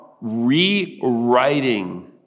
rewriting